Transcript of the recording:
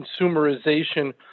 consumerization